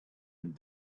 and